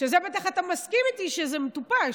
אתה בטח מסכים איתי שזה מטופש,